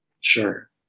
sure